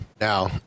Now